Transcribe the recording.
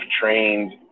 trained